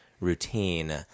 routine